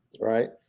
right